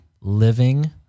living